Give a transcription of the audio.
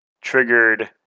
triggered